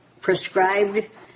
prescribed